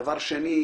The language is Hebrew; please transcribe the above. דבר שני,